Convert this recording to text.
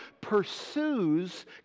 pursues